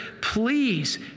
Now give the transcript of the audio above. please